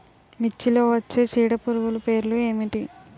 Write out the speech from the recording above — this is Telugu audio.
మిర్చిలో వచ్చే చీడపురుగులు పేర్లు ఏమిటి?